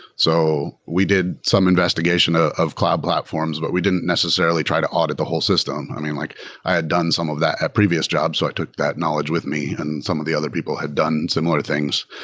so we did some investigation ah of cloud platforms, but we didn't necessarily try to audit the whole system. i mean, like i had done some of that at previous jobs. so i took that knowledge with me and some of the other people had done similar things.